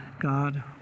God